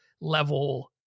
level